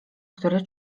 który